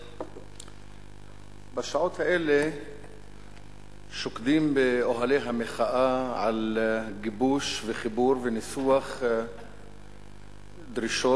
בשעות האלה שוקדים באוהלי המחאה על גיבוש וחיבור וניסוח דרישות